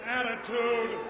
attitude